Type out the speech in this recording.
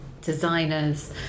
designers